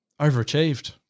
Overachieved